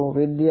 વિદ્યાર્થી